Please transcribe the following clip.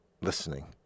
listening